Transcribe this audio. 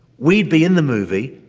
we'd be in the movie,